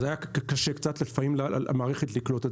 אז היה קשה קצת לפעמים למערכת לקלוט את